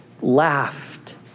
laughed